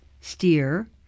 steer